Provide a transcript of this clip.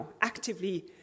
actively